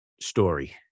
story